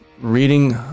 reading